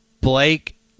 Blake